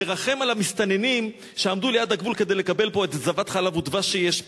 לרחם על המסתננים שעמדו ליד הגבול כדי לקבל פה את זבת חלב ודבש שיש פה,